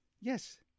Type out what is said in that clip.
Yes